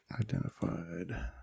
identified